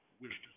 wisdom